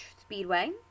Speedway